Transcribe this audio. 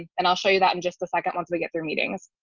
and i'll show you that in just a second once we get through meetings.